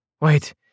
Wait